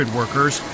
workers